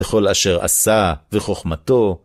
בכל אשר עשה וחוכמתו.